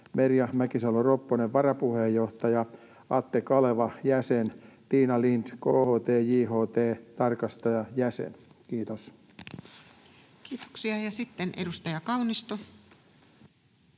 Merja Mäkisalo-Ropponen, varapuheenjohtaja Atte Kaleva, jäsen Tiina Lind, KHT, JHT, tarkastaja, jäsen. — Kiitos. [Speech 249]